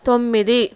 తొమ్మిది